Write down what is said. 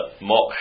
Mock